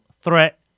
threat